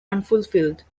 unfulfilled